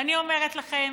ואני אומרת לכם: